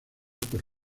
por